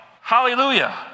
Hallelujah